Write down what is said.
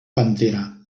pantera